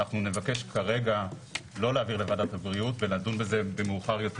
נבקש כרגע לא להעביר לוועדת הבריאות ולדון בזה מאוחר יותר